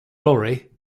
lorry